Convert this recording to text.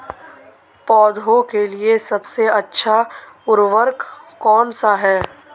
पौधों के लिए सबसे अच्छा उर्वरक कौनसा हैं?